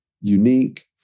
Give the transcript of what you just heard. unique